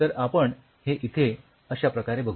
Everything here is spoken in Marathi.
तर आपण हे इथे अश्या प्रकारे बघू